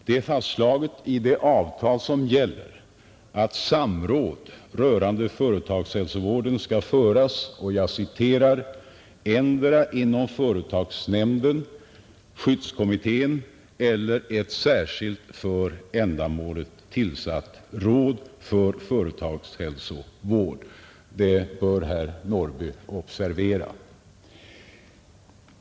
Det är fastslaget i det avtal som gäller att samråd rörande företagshälsovården skall föras ”endera inom företagsnämnden, skyddskommittén eller ett särskilt för ändamålet tillsatt råd för företagshälsovård”. Det bör herr Norrby i Åkersberga observera.